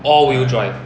all wheel drive